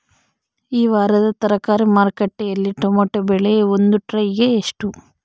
ಈ ವಾರದ ತರಕಾರಿ ಮಾರುಕಟ್ಟೆಯಲ್ಲಿ ಟೊಮೆಟೊ ಬೆಲೆ ಒಂದು ಟ್ರೈ ಗೆ ಎಷ್ಟು?